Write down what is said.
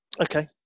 Okay